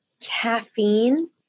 Caffeine